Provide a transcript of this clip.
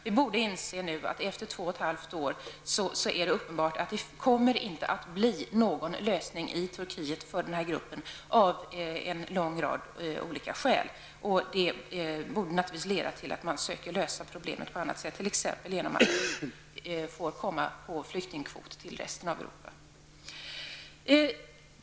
Vi borde nu inse att det efter två och ett halvt år är uppenbart, av en lång rad olika skäl, att det inte kommer att bli någon lösning i Turkiet för den här gruppen. Det borde naturligtvis leda till att man försöker lösa problemet på annat sätt, t.ex. genom att dessa människor får komma på flyktingkvot till övriga Europa.